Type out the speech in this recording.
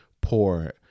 pour